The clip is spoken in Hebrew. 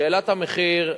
שאלת המחיר,